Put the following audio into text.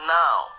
now